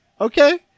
okay